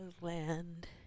land